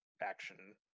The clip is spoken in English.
action